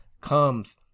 comes